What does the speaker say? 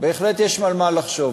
בהחלט יש על מה לחשוב.